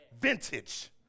Vintage